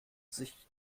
sich